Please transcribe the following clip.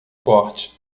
corte